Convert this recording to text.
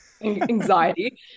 anxiety